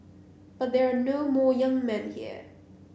but there are no more young men here